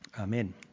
Amen